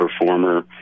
performer